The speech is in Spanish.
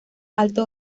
alto